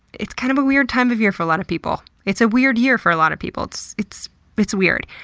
it's kind of a weird time of year for a lot of people. it's a weird year for a lot of people. it's it's weird.